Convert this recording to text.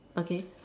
okay